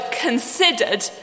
considered